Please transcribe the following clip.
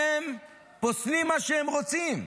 הם פוסלים מה שהם רוצים,